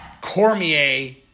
Cormier